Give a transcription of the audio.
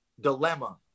dilemma